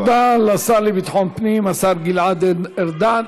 תודה לשר לביטחון הפנים גלעד ארדן.